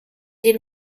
den